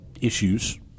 issues